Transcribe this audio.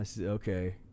Okay